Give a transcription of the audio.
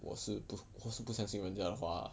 我是不我是不相信人家的话 lah